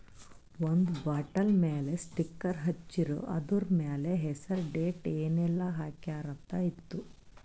ಒಂದ್ ಬಾಟಲ್ ಮ್ಯಾಲ ಸ್ಟಿಕ್ಕರ್ ಹಚ್ಚಿರು, ಅದುರ್ ಮ್ಯಾಲ ಹೆಸರ್, ಡೇಟ್, ಏನೇನ್ ಹಾಕ್ಯಾರ ಅಂತ್ ಇತ್ತು